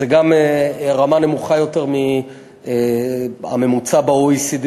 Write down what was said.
זו גם רמה נמוכה יותר מהממוצע ב-OECD,